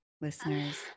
listeners